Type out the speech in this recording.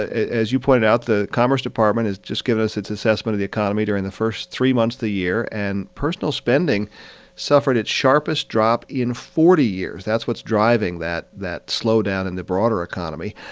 as you pointed out, the commerce department has just given us its assessment of the economy during the first three months of the year. and personal spending suffered its sharpest drop in forty years. that's what's driving that that slowdown in the broader economy.